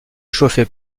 chauffait